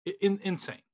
insane